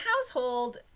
household